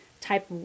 type